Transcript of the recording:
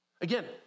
Again